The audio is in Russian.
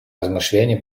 размышлений